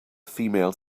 female